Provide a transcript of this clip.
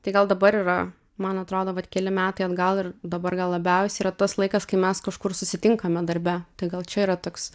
tai gal dabar yra man atrodo vat keli metai atgal ir dabar gal labiausiai yra tas laikas kai mes kažkur susitinkame darbe tai gal čia yra toks